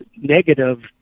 negative